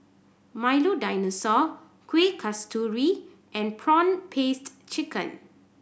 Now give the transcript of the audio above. Milo Dinosaur Kueh Kasturi and prawn paste chicken